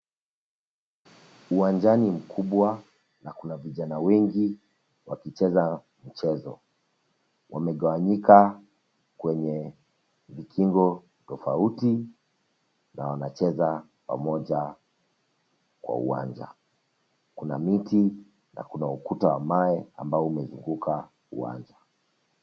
Uwanjani mkubwa na kuna vijana wengi wakicheza mchezo. Wamegawanyika kwenye vikingo tofauti na wanacheza pamoja kwa uwanja. Kuna miti na kuna ukuta wa mawe ambao umezunguka uwanja.